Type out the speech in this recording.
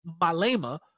Malema